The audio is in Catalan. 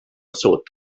sud